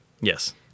Yes